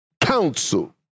counsel